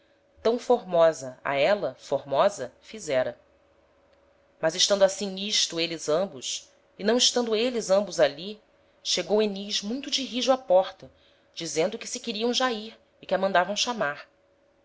tam formosa a éla formosa fizera mas estando assim n'isto êles ambos e não estando êles ambos ali chegou enis muito de rijo á porta dizendo que se queriam já ir e que a mandavam chamar